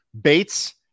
Bates